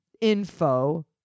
info